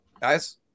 Guys